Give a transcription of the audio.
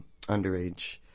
underage